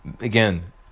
again